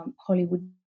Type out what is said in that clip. Hollywood